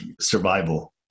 survival